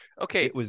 Okay